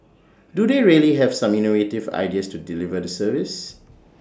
do they really have some innovative ideas to deliver the service